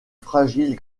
fragiles